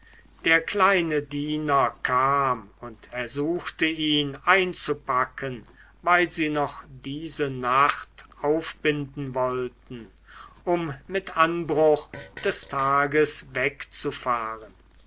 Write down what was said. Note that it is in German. der kleine diener kam und ersuchte ihn einzupacken weil sie noch diese nacht aufbinden wollten um mit anbruch des tages wegzufahren